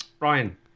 Ryan